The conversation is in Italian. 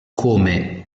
come